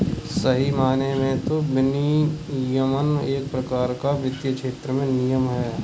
सही मायने में तो विनियमन एक प्रकार का वित्तीय क्षेत्र में नियम है